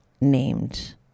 named